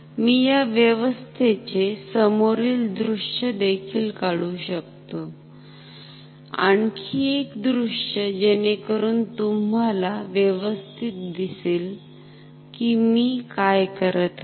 मी या व्यवस्थेचे समोरील दृश्य देखील काढू शकतो आणखी एक दृश्य जेणेकरून तुम्हाला व्यवस्थित दिसेल कि मी काय करत आहे